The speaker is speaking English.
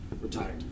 retired